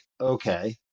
okay